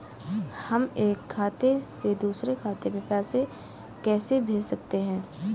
हम एक खाते से दूसरे खाते में पैसे कैसे भेज सकते हैं?